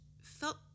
felt